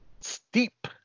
steep